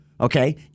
okay